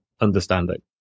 understanding